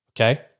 Okay